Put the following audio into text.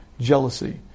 jealousy